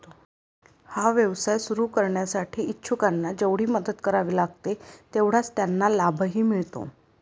हा व्यवसाय सुरू करण्यासाठी इच्छुकांना जेवढी मेहनत करावी लागते तेवढाच त्यांना लाभही मिळतो